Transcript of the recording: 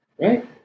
Right